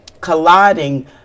colliding